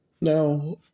Now